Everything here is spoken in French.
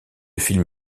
film